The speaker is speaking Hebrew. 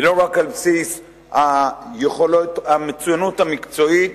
ולא רק על בסיס המצוינות המקצועית,